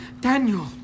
Daniel